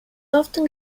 often